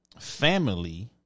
Family